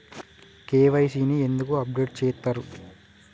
KYC ని ఎందుకు update చేత్తరు?